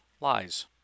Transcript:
lies